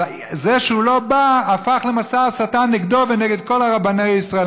אז זה שהוא לא בא הפך למסע הסתה נגדו ונגד כל רבני ישראל.